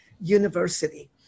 university